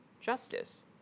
justice